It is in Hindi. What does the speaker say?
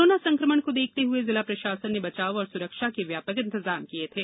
कोरोना संकमण को देखते हुए जिला प्रशासन ने बचाव और सुरक्षा के व्यापक इंतजाम किये थे